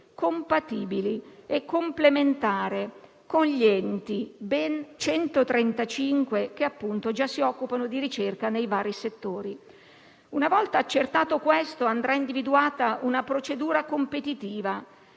compatibili e complementari con gli enti - ben 135 - che già si occupano di ricerca nei vari settori. Una volta accertato questo, andrà individuata una procedura competitiva,